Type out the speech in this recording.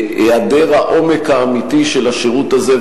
היעדר העומק האמיתי של השירות הזה,